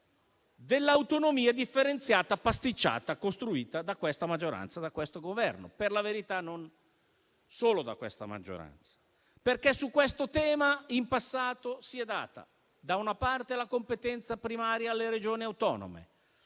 dell'autonomia differenziata pasticciata costruita da questa maggioranza e da questo Governo. Per la verità devo dire non solo da questa maggioranza, perché su questo tema in passato si è data, da una parte, la competenza primaria alle Regioni autonome;